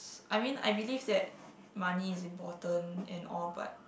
I mean I believe that money is important and all but